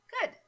Good